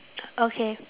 okay